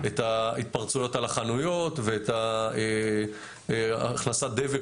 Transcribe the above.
את ההתפרצויות על החנויות ואת הכנסת דבק